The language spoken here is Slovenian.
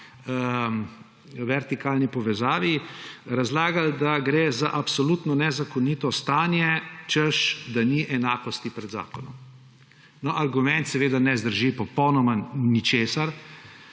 vertikalni povezavi, razlagali, da gre za absolutno nezakonito stanje, češ da ni enakosti pred zakonom. Argument seveda ne zdrži popolnoma ničesar.